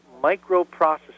microprocessor